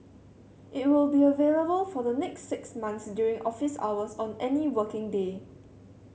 it will be available for the next six months during office hours on any working day